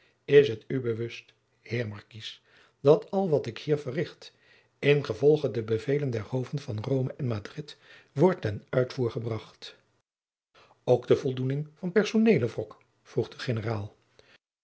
is t u bewust heer marquis dat al wat ik hier verricht ingevolge de bevelen der hoven van rome en madrid wordt ten uitvoer gebracht ook de voldoening van personelen wrok vroeg de